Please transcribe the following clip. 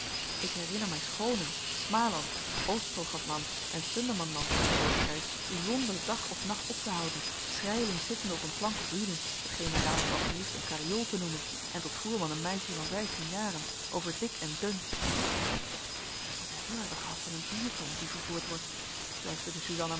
ik herinner mij schonen smaland ostrogotland en sundermanland te zijn doorgereisd zonder dag of nacht op te houden schrijlings zittende op een plank op wielen t geen men daar nog wel gelieft een kariool te noemen en tot voerman een meisje van vijftien jaren over dik en dun dan moet hij veel hebben gehad van een bierton die vervoerd wordt fluisterde suzanna